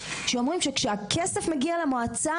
שאומרים שכשהכסף מגיע למועצה